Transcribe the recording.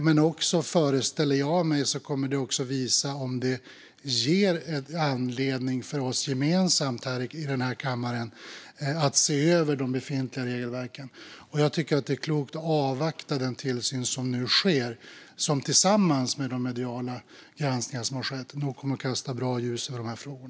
Men jag föreställer mig också att det också kommer att visa om det ger anledning för oss i denna kammare att gemensamt se över de befintliga regelverken. Jag tycker att det är klokt att avvakta den tillsyn som nu sker och som tillsammans med de mediala granskningar som har skett kommer att kasta ett bra ljus över dessa frågor.